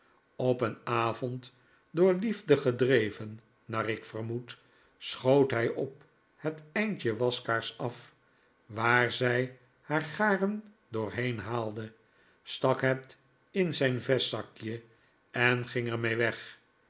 op een avond door liefde gedreven naar ik vermoed schoot hij op het eindje waskaars af waar zij haar garen doorheen haalde stak het in zijn vestzakje en ging er mee weg